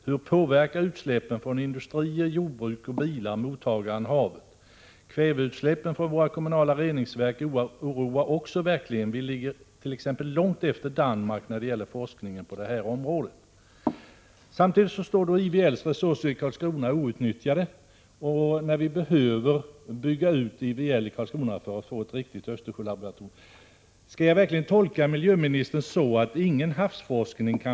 Hur påverkar utsläppen från industrier, jordbruk och bilar mottagaren havet? Kväveutsläppen från våra kommunala reningsverk oroar också verkligen; vi ligger t.ex. långt efter Danmark när det gäller forskningen på detta område. Samtidigt står IVL:s resurser i Karlskrona outnyttjade. Vi behöver bygga — Prot. 1986/87:129 ut IVL i Karlskrona till ett riktigt Östersjölaboratorium. 22 maj 1987 Skall jag verkligen tolka miljöministern så, att ingen havsforskning kan